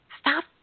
Stop